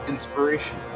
Inspiration